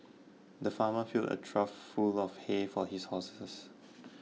the farmer filled a trough full of hay for his horses